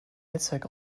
netzwerk